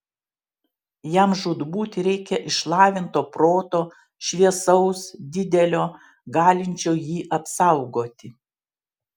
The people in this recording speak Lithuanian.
jam žūtbūt reikia išlavinto proto šviesaus didelio galinčio jį apsaugoti